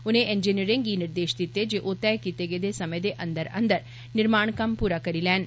उनें इंजिनियरें गी निर्देश दित्ते जे ओ तय कीत्ते गेदे समें दे अंदर'अंदर निर्माण कम्म पूरा करी लैन